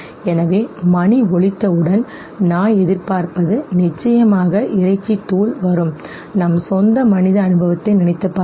எனவே மணி ஒலித்தவுடன் நாய் எதிர்பார்ப்பது நிச்சயமாக இறைச்சி தூள் வரும் நம் சொந்த மனித அனுபவத்தை நினைத்துப் பாருங்கள்